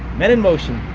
men in motion